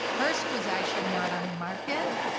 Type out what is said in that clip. hearst was actually not on the market.